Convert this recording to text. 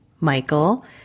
Michael